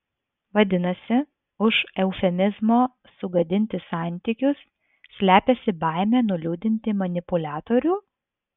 vadinasi už eufemizmo sugadinti santykius slepiasi baimė nuliūdinti manipuliatorių